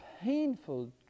painful